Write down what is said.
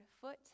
foot